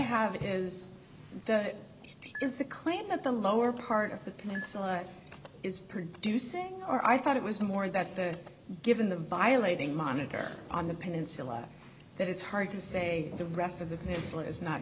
have is that it is the claim that the lower part of the insulin is producing or i thought it was more that the given the violating monitor on the peninsula that it's hard to say the rest of the peninsula is not